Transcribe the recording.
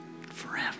forever